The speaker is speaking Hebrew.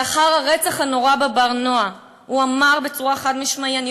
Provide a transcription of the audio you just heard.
לאחר הרצח הנורא ב"בר-נוער" הוא אמר בצורה חד-משמעית: